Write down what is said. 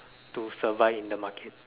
to survive in the market